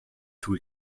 too